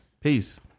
Peace